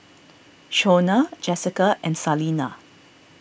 Shonna Jessika and Salina